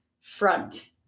front